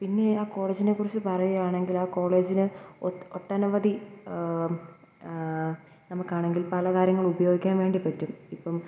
പിന്നെ ആ കോളേജിനെക്കുറിച്ച് പറയുകയാണെങ്കിൽ ആ കോളേജിന് ഒട്ട് ഒട്ടനവധി നമുക്കാണെങ്കിൽ പല കാര്യങ്ങളുപയോഗിക്കാൻ വേണ്ടി പറ്റും ഇപ്പം